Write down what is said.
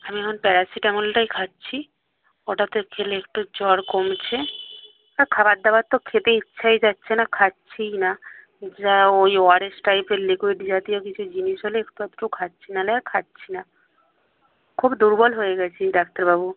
আমি এখন প্যারাসিটামলটাই খাচ্ছি ওটাতে খেলে একটু জ্বর কমছে আর খাবার দাবার তো খেতে ইচ্ছাই যাচ্ছে না খাচ্ছিই না যা ওই ও আর এস টাইপের লিকুইড জাতীয় কিছু জিনিস হলে একটু আধটু খাচ্ছি নাহলে আর খাচ্ছি না খুব দুর্বল হয়ে গেছি ডাক্তারবাবু